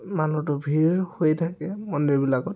মানুহতো ভিৰ হৈয়ে থাকে মন্দিৰবিলাকত